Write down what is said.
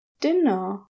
Dinner